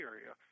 Area